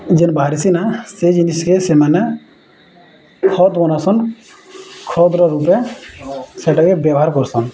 ଯେନ୍ ବାହାରିସିିନା ସେ ଜିନଶ୍କେ ସେମାନେ ଖତ୍ ବନାସନ୍ ଖତ୍ର ରୂପେ ସେଟାକେ ବ୍ୟବହାର କର୍ସନ୍